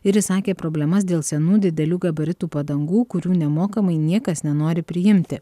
ir išsakė problemas dėl senų didelių gabaritų padangų kurių nemokamai niekas nenori priimti